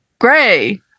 gray